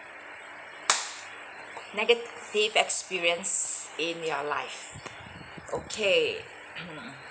negative experience in your life okay hmm